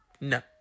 No